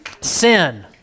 Sin